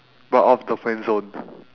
got off the friend zone